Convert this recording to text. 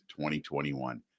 2021